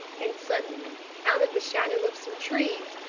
and suddenly, out of the shadow of some trees,